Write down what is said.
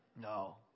No